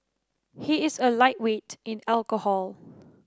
he is a lightweight in alcohol